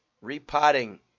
repotting